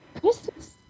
Christmas